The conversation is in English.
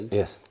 yes